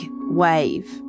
wave